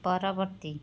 ପରବର୍ତ୍ତୀ